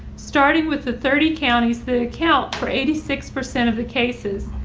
starting with the thirty counties the account for eighty six percent of the cases,